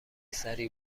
سریع